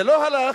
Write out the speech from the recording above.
זה לא הלך